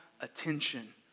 attention